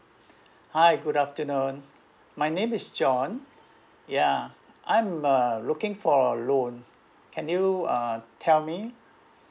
hi good afternoon my name is john ya I'm uh looking for a loan can you uh tell me